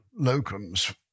locums